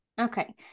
Okay